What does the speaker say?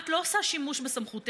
את לא עושה שימוש בסמכותך,